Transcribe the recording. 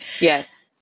Yes